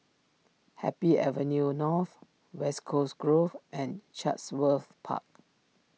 Happy Avenue North West Coast Grove and Chatsworth Park